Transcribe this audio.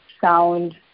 sound